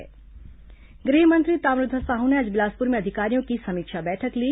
गृह मंत्री बैठक गृह मंत्री ताम्रध्वज साहू ने आज बिलासपुर में अधिकारियों की समीक्षा बैठक ली